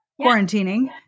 quarantining